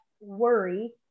worry